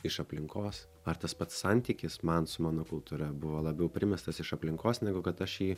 iš aplinkos ar tas pats santykis man su mano kultūra buvo labiau primestas iš aplinkos negu kad aš jį